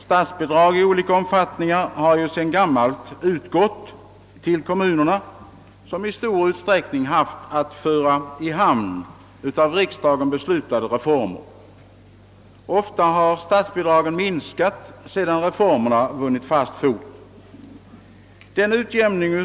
Statsbidrag i olika omfattning har sedan långt tillbaka utgått till kommunerna, som i stor utsträckning haft att i praktiken förverkliga av riksdagen beslutade reformer. Ofta har statsbidragen minskats sedan reformerna vunnit ordentligt fotfäste.